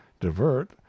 divert